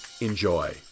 Enjoy